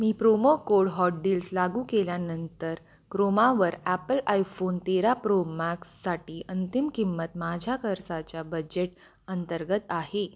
मी promo code hot deals लागू केल्यानंतर क्रोमावर ॲपल आयफोन तेरा प्रो मॅक्ससाठी अंतिम किंमत माझ्या खर्चाच्या बजेट अंतर्गत आहे